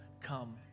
come